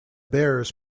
bears